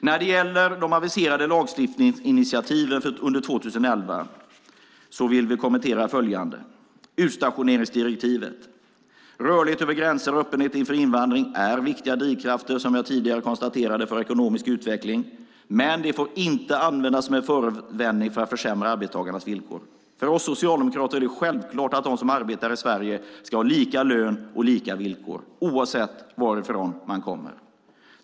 När det gäller de aviserade lagstiftningsinitiativen under 2011 vill vi kommentera följande. Jag börjar med utstationeringsdirektivet. Rörlighet över gränser och öppenhet inför invandring är, som jag tidigare konstaterade, viktiga drivkrafter för ekonomisk utveckling. Men detta får inte användas som en förevändning för att försämra arbetstagarnas villkor. För oss socialdemokrater är det självklart att de som arbetar i Sverige ska ha lika lön och lika villkor oavsett varifrån de kommer.